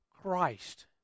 Christ